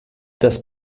das